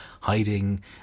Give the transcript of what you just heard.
hiding